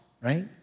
right